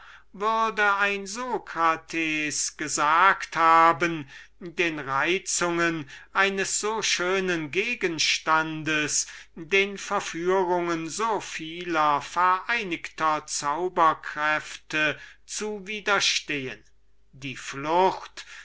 würde ein socrates gesagt haben den reizungen eines so schönen gegenstandes den verführungen so vieler vereinigter zauberkräfte zu widerstehen die flucht